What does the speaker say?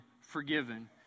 forgiven